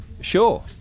Sure